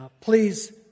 please